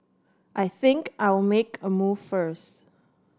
I think I'll make a move first